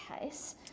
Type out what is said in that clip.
case